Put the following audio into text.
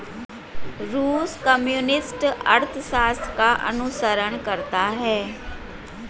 रूस कम्युनिस्ट अर्थशास्त्र का अनुसरण करता है